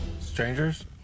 Strangers